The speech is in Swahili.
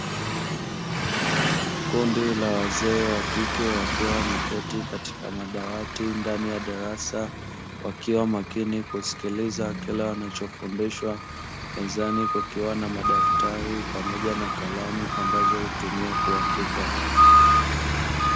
Kundi la wazee wakike wakiwa wameketi katika madawati ndani ya darasa, wakiwa makini kusikiliza kila wanachofundishwa, mezani kukiwa na madaftari pamoja na kalamu ambazo hutumia kuandika.